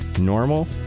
Normal